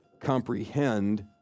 comprehend